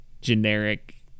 generic